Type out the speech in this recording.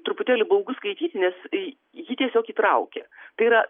truputėlį baugu skaityt nes ji tiesiog įtraukia tai yra